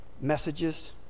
messages